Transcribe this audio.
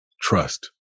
trust